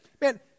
Man